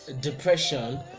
depression